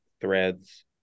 threads